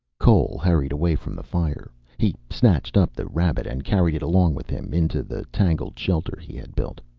cole hurried away from the fire. he snatched up the rabbit and carried it along with him, into the tangled shelter he had built.